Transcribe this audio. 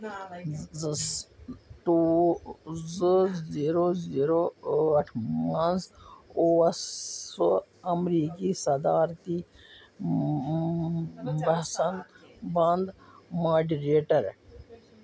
two زٕ zero zero ٲٹھ منٛز اوس سُہ اَمریٖکی صدارتی بحثَن بنٛد ماڈِریٹَر